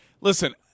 Listen